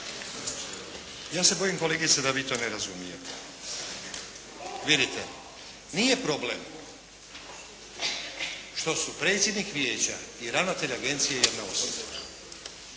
Ja se bojim kolegice da vi to ne razumijete. Vidite nije problem što su predsjednik vijeća i ravnatelj agencije jedna osoba.